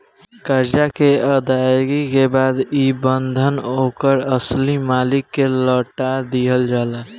करजा के अदायगी के बाद ई बंधन ओकर असली मालिक के लौटा दिहल जाला